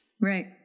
Right